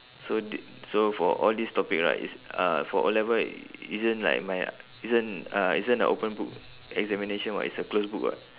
so d~ so for all these topic right it's uh for O level isn't like my uh isn't uh isn't a open book examination [what] it's a closed book [what]